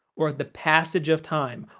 or the passage of time,